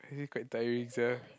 actually quite tiring sia